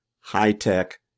high-tech